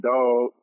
Dog